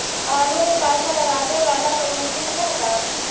आलू मे पासा लगाबे बाला कोइ मशीन है का?